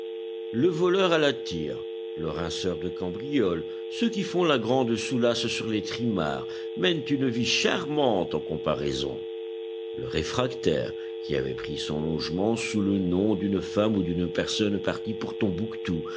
le voleur à la tire le rinceur de cambriole ceux qui font la grande soulasse sur les trimards mènent une vie charmante en comparaison le réfractaire qui avait pris son logement sous le nom d'une femme ou d'une personne partie pour tombouctou